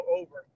over